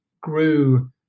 grew